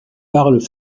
parle